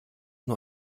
nur